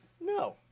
no